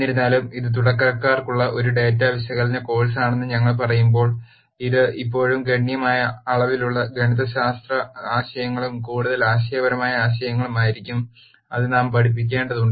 എന്നിരുന്നാലും ഇത് തുടക്കക്കാർക്കുള്ള ഒരു ഡാറ്റാ വിശകലന കോഴ്സാണെന്ന് ഞങ്ങൾ പറയുമ്പോൾ ഇത് ഇപ്പോഴും ഗണ്യമായ അളവിലുള്ള ഗണിതശാസ്ത്ര ആശയങ്ങളും കൂടുതൽ ആശയപരമായ ആശയങ്ങളും ആയിരിക്കും അത് നാം പഠിപ്പിക്കേണ്ടതുണ്ട്